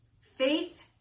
Faith